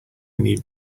need